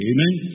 Amen